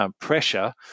pressure